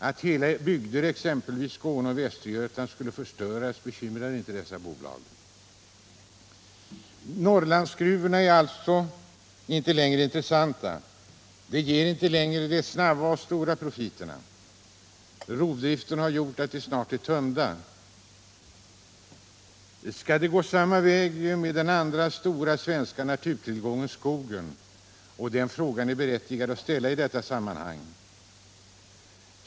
Att hela bygder i exempelvis Skåne och Västergötland skulle förstöras bekymrar inte dessa bolag. Norrlandsgruvorna är alltså inte längre intressanta. De ger inte längre de snabba och stora profiterna. Rovdriften har gjort att de snart är tömda. Skall den andra stora svenska naturtillgången — skogen — gå samma väg? Den frågan är berättigad att ställa i detta sammanhang.